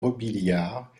robiliard